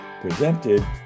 presented